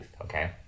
okay